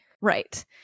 Right